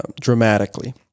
dramatically